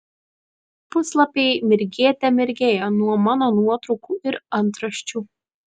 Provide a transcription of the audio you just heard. puslapiai mirgėte mirgėjo nuo mano nuotraukų ir antraščių